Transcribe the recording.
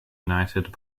united